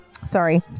Sorry